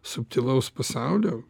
subtilaus pasaulio